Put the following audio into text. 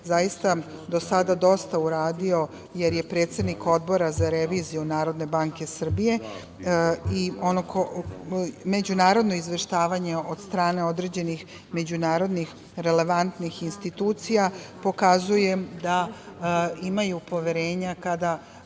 zaista do sada dosta uradio, jer je predsednik Odbora za reviziju Narodne banke Srbije. Međunarodno izveštavanje od strane određenih međunarodnih relevantnih institucija pokazuje da imaju poverenja kada